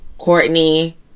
courtney